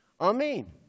Amen